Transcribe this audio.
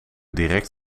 direct